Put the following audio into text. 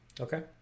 Okay